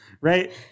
right